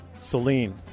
Celine